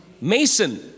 mason